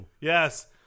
Yes